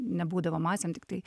nebūdavo masėm tiktai